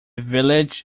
village